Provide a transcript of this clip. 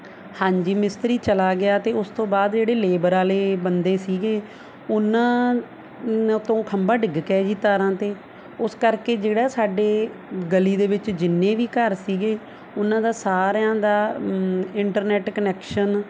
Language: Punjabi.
ਹਾਂਜੀ ਮਿਸਤਰੀ ਚਲਾ ਗਿਆ ਅਤੇ ਉਸ ਤੋਂ ਬਾਅਦ ਜਿਹੜੇ ਲੇਬਰ ਵਾਲੇ ਬੰਦੇ ਸੀਗੇ ਉਹਨਾਂ ਨ ਤੋਂ ਖੰਭਾ ਡਿੱਗ ਗਿਆ ਜੀ ਤਾਰਾਂ 'ਤੇ ਉਸ ਕਰਕੇ ਜਿਹੜਾ ਸਾਡੇ ਗਲੀ ਦੇ ਵਿੱਚ ਜਿੰਨੇ ਵੀ ਘਰ ਸੀਗੇ ਉਹਨਾਂ ਦਾ ਸਾਰਿਆਂ ਦਾ ਇੰਟਰਨੈਟ ਕਨੈਕਸ਼ਨ